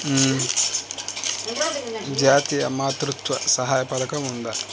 జాతీయ మాతృత్వ సహాయ పథకం ఉందా?